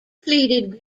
pleaded